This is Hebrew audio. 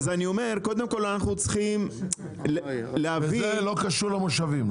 אז אני אומר שקודם כל אנחנו צריכים להבין --- זה לא קשור למושבים,